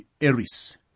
eris